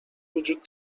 وجود